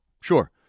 sure